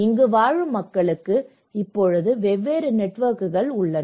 இங்கு வாழும் மக்களுக்கு இப்போது வெவ்வேறு நெட்வொர்க்குகள் உள்ளன